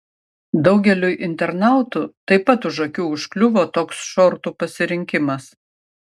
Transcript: daugeliui internautų taip pat už akių užkliuvo toks šortų pasirinkimas